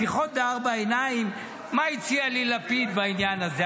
שיחות בארבע עיניים, מה הציע לי לפיד בעניין הזה.